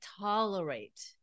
tolerate